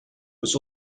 was